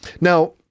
Now